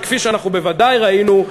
שכפי שאנחנו בוודאי ראינו,